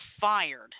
fired